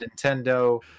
Nintendo